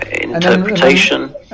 interpretation